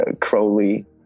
Crowley